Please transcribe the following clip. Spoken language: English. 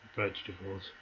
Vegetables